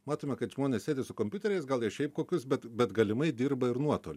matome kad žmonės sėdi su kompiuteriais gal jie šiaip kokius bet bet galimai dirba ir nuotoliu